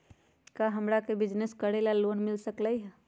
का हमरा के बिजनेस करेला लोन मिल सकलई ह?